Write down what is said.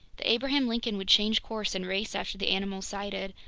the abraham lincoln would change course and race after the animal sighted,